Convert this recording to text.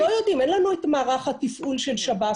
אין לנו את מערך התפעול של שב"ס,